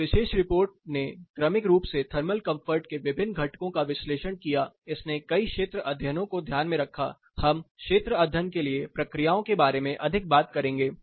इस विशेष रिपोर्ट ने क्रमिक रूप से थर्मल कंफर्ट के विभिन्न घटकों का विश्लेषण किया इसने कई क्षेत्र अध्ययनों को ध्यान में रखा हम क्षेत्र अध्ययन के लिए प्रक्रियाओं के बारे में अधिक बात करेंगे